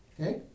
Okay